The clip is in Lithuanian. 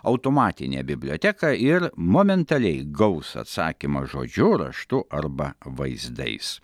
automatinę biblioteką ir momentaliai gaus atsakymą žodžiu raštu arba vaizdais